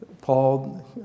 Paul